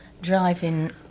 driving